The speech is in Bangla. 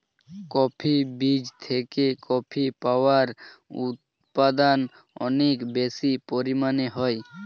কফি বীজ থেকে কফি পাউডার উৎপাদন অনেক বেশি পরিমাণে হয়